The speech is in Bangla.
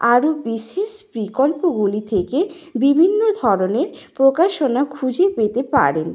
আরও বিশেষ বিকল্পগুলি থেকে বিভিন্ন ধরনের প্রকাশনা খুঁজে পেতে পারেন